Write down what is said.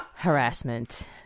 Harassment